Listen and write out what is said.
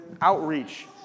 outreach